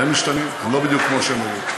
גם אם הם משתנים לא בדיוק כמו שהם אמורים.